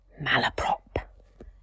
Malaprop